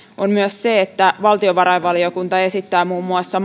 on myös se että valtiovarainvaliokunta esittää muun muassa